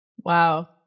Wow